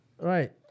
Right